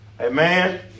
Amen